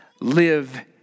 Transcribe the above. live